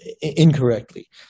incorrectly